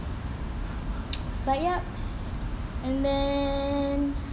but yup and then